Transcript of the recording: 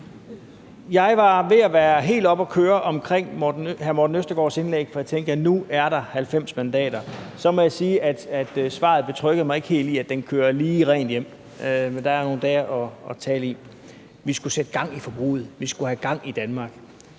Jeg var ved at være helt oppe at køre omkring hr. Morten Østergaards indlæg, for jeg tænkte: Ja, nu er der 90 mandater. Så må jeg sige, at svaret betryggede mig ikke helt i, at den kører lige rent hjem, men der er nogle dage at tale om det i. Vi skulle sætte gang i forbruget, vi skulle have gang i Danmark.